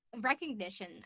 recognition